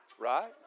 Right